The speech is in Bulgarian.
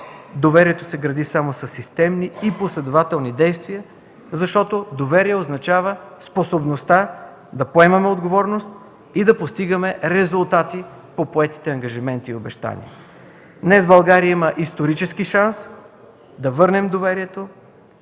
доверието се гради само със системни и последователни действия, защото доверие означава способността да поемаме отговорност и да постигаме резултати по поетите ангажименти и обещания. Днес България има исторически шанс да върнем доверието,